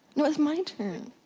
no it's my turn.